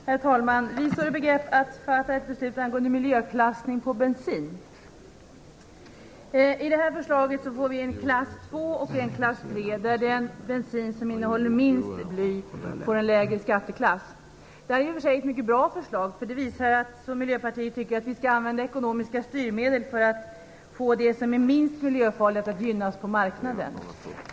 Herr talman! Vi står i begrepp att fatta ett beslut angående miljöklassning av bensin. Enligt förslaget får vi en klass 2 och en klass 3, och den bensin som innehåller minst bly får en lägre skatteklass. Det är i och för sig ett mycket bra förslag. Miljöpartiet tycker att vi skall använda ekonomiska styrmedel för att få det som är minst miljöfarligt att gynnas på marknaden.